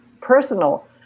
personal